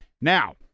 Now